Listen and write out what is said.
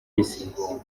isi